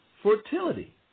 fertility